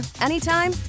anytime